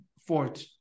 Fort